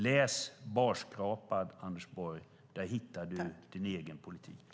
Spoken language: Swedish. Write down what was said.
Läs Barskrapad , Anders Borg! Där hittar du din egen politik.